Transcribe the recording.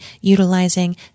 utilizing